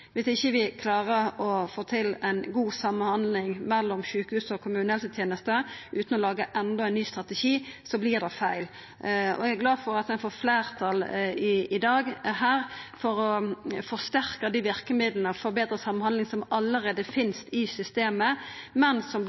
vi ikkje klarer å få til god samhandling mellom sjukehusa og kommunehelsetenesta utan å laga enda ein ny strategi, vert det feil. Eg er glad for at ein får fleirtal her i dag for å forsterka dei verkemidla for betre samhandling som allereie finst i systemet, men som